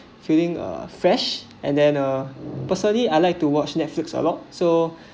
feeling a fresh and then uh personally I like to watch netflix a lot so